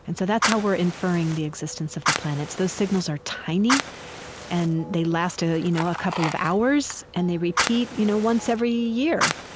and so that's how we're inferring the existence of the planets. those signals are tiny and they last, ah you know, a couple of hours and they repeat you know once every year.